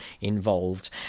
involved